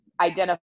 identify